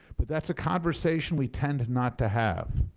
but that's a conversation we tend not to have.